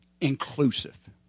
inclusive